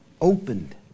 opened